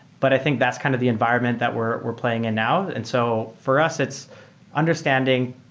but i think that's kind of the environment that we're we're playing in now. and so for us it's understanding,